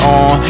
on